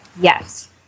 Yes